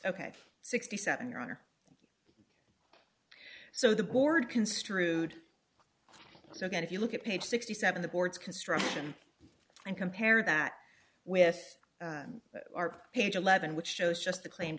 ok sixty seven your honor so the board construed so again if you look at page sixty seven the board's construction and compare that with our page eleven which shows just the claim